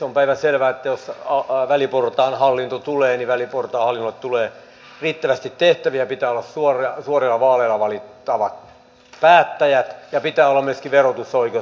on päivänselvää että jos väliportaan hallinto tulee niin väliportaan hallinnolle tulee riittävästi tehtäviä pitää olla suorilla vaaleilla valittavat päättäjät ja pitää olla myöskin verotusoikeus